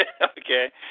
Okay